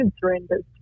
surrenders